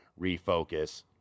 Refocus